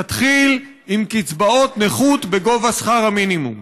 תתחיל עם קצבאות נכות בגובה שכר המינימום.